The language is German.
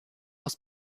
aus